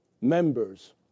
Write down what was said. members